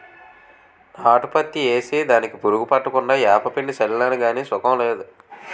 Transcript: నాటు పత్తి ఏసి దానికి పురుగు పట్టకుండా ఏపపిండి సళ్ళినాను గాని సుకం లేదు